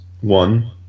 one